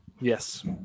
Yes